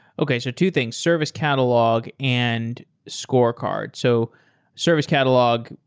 okay. so two things service catalog and scorecards. so service catalog,